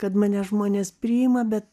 kad mane žmonės priima bet